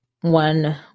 one